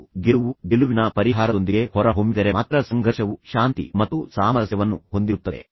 ಅದು ಗೆಲುವು ಗೆಲುವಿನ ಪರಿಹಾರದೊಂದಿಗೆ ಹೊರಹೊಮ್ಮಿದರೆ ಮಾತ್ರ ಸಂಘರ್ಷವು ಶಾಂತಿ ಮತ್ತು ಸಾಮರಸ್ಯವನ್ನು ಹೊಂದಿರುತ್ತದೆ